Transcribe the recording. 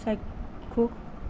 চাক্ষুষ